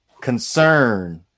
concern